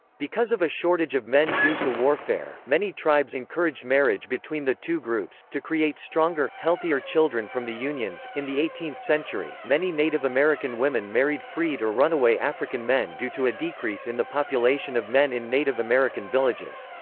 because of a shortage of men due to warfare, many tribes encouraged marriage between the two groups, to create stronger, healthier children from the unions in the eighteenth century, many native american women married freed or runaway african men due to a decrease in the population of men in native american villages.